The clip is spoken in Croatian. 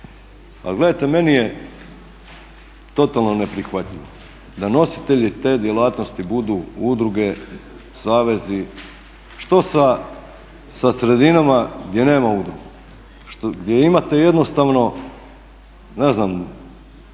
Ali gledajte, meni je totalno neprihvatljivo da nositelji te djelatnosti budu udruge, savezi. Što sa sredinama gdje nema udruga? Gdje imate jednostavno ne znam